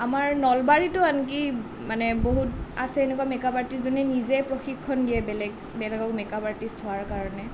আমাৰ নলবাৰীটো আনকি মানে বহুত আছে এনেকুৱা মেকআপ আৰ্টিষ্ট যোনে নিজে প্ৰশিক্ষণ দিয়ে বেলেগ বেলেগক মেকআপ আৰ্টিষ্ট হোৱাৰ কাৰণে